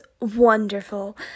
wonderful